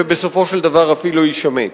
ובסופו של דבר אפילו יישמט.